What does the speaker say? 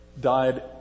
died